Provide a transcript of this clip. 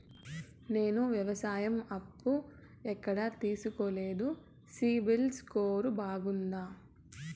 నేను వ్యవసాయం అప్పు ఎక్కడ తీసుకోలేదు, సిబిల్ స్కోరు బాగుందా?